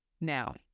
Now